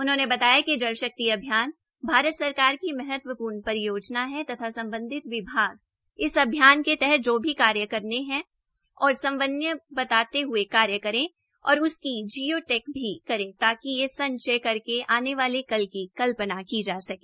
उन्होने बताया कि जल शक्ति अभियान भारत सरकार की महत्वपूर्ण परियोजना है तथा सम्बन्धित विभाग इस अभियान के तहत जो भी कार्य करने हैं और समन्वय बनाते हए कार्य करें तथा उसकी जीयो टैक भी करें ताकि जल संचय करके आने वाले कल की कल्पना की जा सके